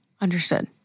understood